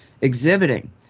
exhibiting